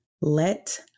let